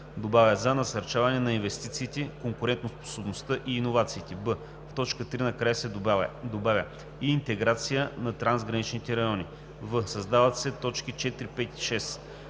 добавя „за насърчаване на инвестициите, конкурентоспособността и иновациите“; б) в т. 3 накрая се добавя „и интеграция на трансграничните райони“; в) създават се т. 4, 5 и 6: